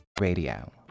radio